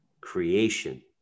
creation